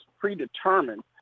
predetermined